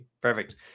perfect